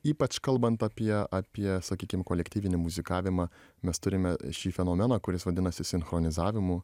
ypač kalbant apie apie sakykim kolektyvinį muzikavimą mes turime šį fenomeną kuris vadinasi sinchronizavimu